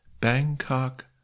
Bangkok